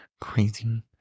crazy